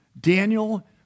Daniel